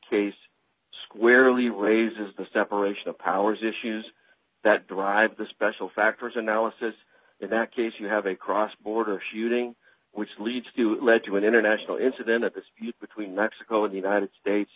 case squarely raises the separation of powers issues that drive the special factors analysis in that case you have a cross border shooting which leads to lead to an international incident of dispute between mexico and united states